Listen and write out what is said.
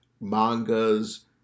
mangas